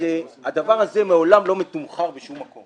והדבר הזה מעולם לא מתומחר בשום מקום.